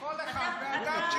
כל אחד והדת שלו.